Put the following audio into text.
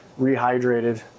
rehydrated